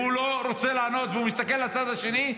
והוא לא רוצה לענות והוא מסתכל לצד השני,